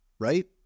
right